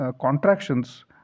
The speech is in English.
contractions